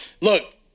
Look